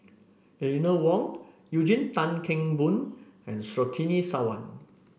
Eleanor Wong Eugene Tan Kheng Boon and Surtini Sarwan